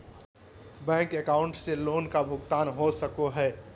Bank account से loan का भुगतान हो सको हई?